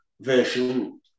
version